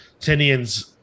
Tinian's